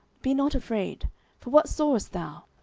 be not afraid for what sawest thou?